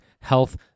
health